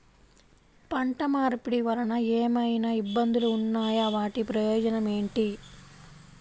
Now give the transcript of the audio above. పంట మార్పిడి వలన ఏమయినా ఇబ్బందులు ఉన్నాయా వాటి ప్రయోజనం ఏంటి?